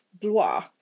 Blois